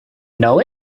know